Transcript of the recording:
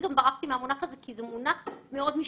ברחתי מהמונח הזה, כי זה מונח מאוד משפטי.